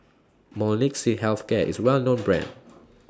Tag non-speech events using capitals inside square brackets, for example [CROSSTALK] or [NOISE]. [NOISE] Molnylcke Health Care IS A Well known Brand [NOISE]